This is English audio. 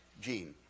gene